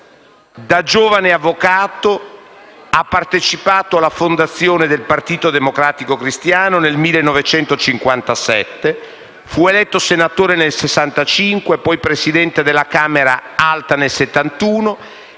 Da giovane avvocato ha partecipato alla fondazione del Partito democratico cristiano nel 1957. Fu eletto senatore del 1965, poi Presidente della Camera Alta nel 1971,